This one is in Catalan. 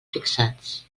fixats